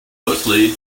mostly